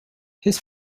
his